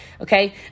okay